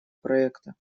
проекта